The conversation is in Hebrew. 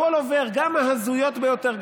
גם ההזויות ביותר,